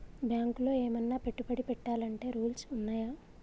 బ్యాంకులో ఏమన్నా పెట్టుబడి పెట్టాలంటే రూల్స్ ఉన్నయా?